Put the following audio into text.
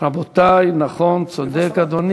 רבותי, נכון, צודק, אדוני.